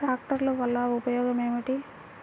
ట్రాక్టర్లు వల్లన ఉపయోగం ఏమిటీ?